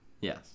Yes